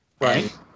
Right